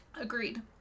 agreed